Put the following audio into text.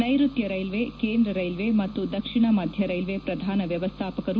ನೈರುತ್ಯ ರೈಲ್ವೆ ಕೇಂದ್ರ ರೈಲ್ವೆ ಮತ್ತು ದಕ್ಷಿಣ ಮಧ್ಯ ರೈಲ್ವೆ ಪ್ರಧಾನ ವ್ಯವಸ್ಥಾಪಕರು